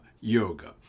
yoga